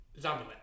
zombie